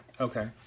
okay